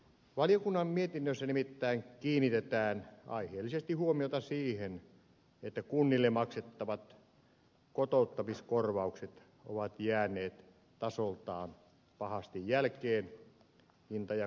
valiokunnan mietinnössä nimittäin kiinnitetään aiheellisesti huomiota siihen että kunnille maksettavat kotouttamiskorvaukset ovat jääneet tasoltaan pahasti jälkeen hinta ja kustannuskehityksestä